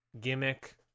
gimmick